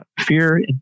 fear